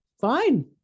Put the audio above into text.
fine